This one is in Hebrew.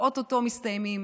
ואו-טו-טו מסיימים,